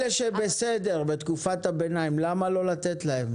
אלה שהם בסדר בתקופת הביניים, למה לא לתת להם?